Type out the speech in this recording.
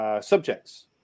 subjects